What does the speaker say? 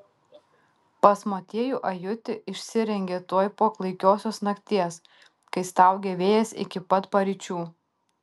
pas motiejų ajutį išsirengė tuoj po klaikiosios nakties kai staugė vėjas iki pat paryčių